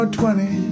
twenty